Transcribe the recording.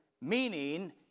Meaning